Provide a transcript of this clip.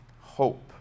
hope